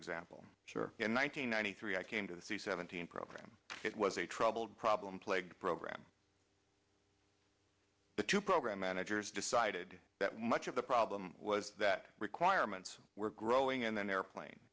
example here in one thousand nine three i came to the c seventeen program it was a troubled problem plagued program the two program managers decided that much of the problem was that requirements were growing and then airplane